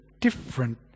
different